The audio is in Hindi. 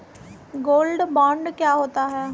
गोल्ड बॉन्ड क्या होता है?